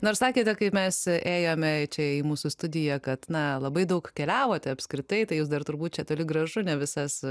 nors sakėte kai mes ėjome čia į mūsų studiją kad na labai daug keliavote apskritai tai jūs dar turbūt čia toli gražu ne visas